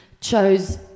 chose